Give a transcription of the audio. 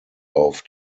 auf